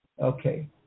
Okay